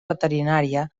veterinària